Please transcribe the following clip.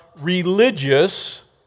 religious